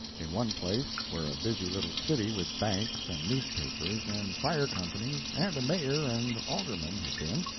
in one place, where a busy little city with banks and newspapers and fire companies and a mayor and aldermen had been,